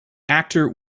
actor